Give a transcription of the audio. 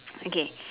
okay